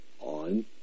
on